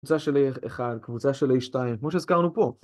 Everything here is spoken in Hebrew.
קבוצה של A1, קבוצה של A2, כמו שהזכרנו פה.